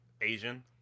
Asian